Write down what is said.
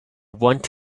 want